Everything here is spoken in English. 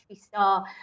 star